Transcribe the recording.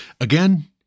Again